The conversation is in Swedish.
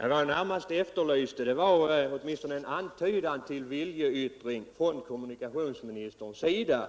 Vad jag närmast efterlyste var åtminstone en untydan till viljeyttring från kommunikationsministerns sida.